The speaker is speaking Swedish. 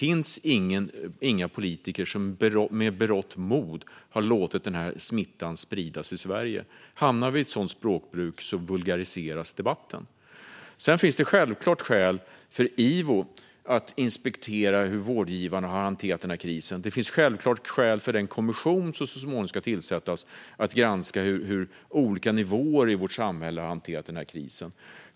Inga politiker har med berått mod låtit denna smitta spridas i Sverige. Hamnar vi i ett sådan språkbruk vulgariseras debatten. Sedan finns det självklart skäl för IVO att inspektera hur vårdgivarna har hanterat krisen. Det finns självklart skäl för den kommission som så småningom ska tillsättas att granska hur olika nivåer i vårt samhälle har hanterat krisen.